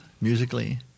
musically